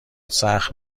سخت